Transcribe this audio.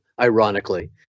ironically